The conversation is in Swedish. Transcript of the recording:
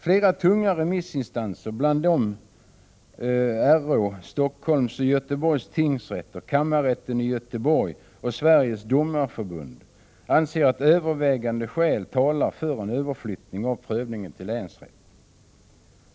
Flera tunga remissinstanser, bland dem RÅ, Stockholms och Göteborgs tingsrätter, kammarrätten i Göteborg och Sveriges domarförbund, anser att övervägande skäl talar för en överflyttning av prövningen till länsrätt.